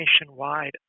nationwide